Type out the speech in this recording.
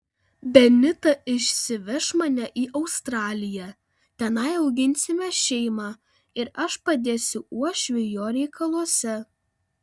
benita išsiveš mane į australiją tenai auginsime šeimą ir aš padėsiu uošviui jo reikaluose